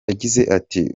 ati